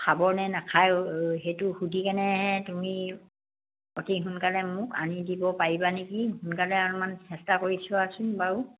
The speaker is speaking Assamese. খাবনে নাখায় সেইটো সুধি কেনেহে তুমি অতি সোনকালে মোক আনি দিব পাৰিবা নেকি সোনকালে অলমান চেষ্টা কৰি চোৱাচোন বাৰু